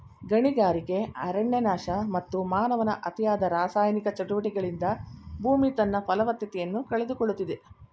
ಗಣಿಗಾರಿಕೆ, ಅರಣ್ಯನಾಶ, ಮತ್ತು ಮಾನವನ ಅತಿಯಾದ ರಾಸಾಯನಿಕ ಚಟುವಟಿಕೆಗಳಿಂದ ಭೂಮಿ ತನ್ನ ಫಲವತ್ತತೆಯನ್ನು ಕಳೆದುಕೊಳ್ಳುತ್ತಿದೆ